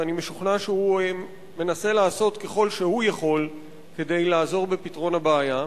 ואני משוכנע שהוא מנסה לעשות ככל שהוא יכול כדי לעזור בפתרון הבעיה.